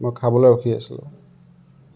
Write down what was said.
মই খাবলৈ ৰখি আছোঁ